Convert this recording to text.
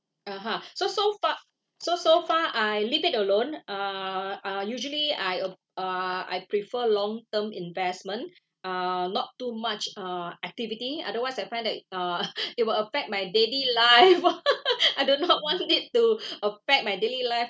(uh huh) so so far so so far I leave it alone err uh usually I'll uh I prefer long term investment uh not too much uh activity otherwise I find that uh it will affect my daily life I do not want it to affect my daily life